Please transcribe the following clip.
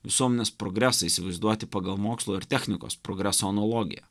visuomenės progresą įsivaizduoti pagal mokslo ir technikos progreso analogiją